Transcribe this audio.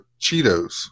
Cheetos